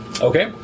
Okay